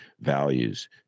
values